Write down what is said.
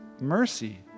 mercy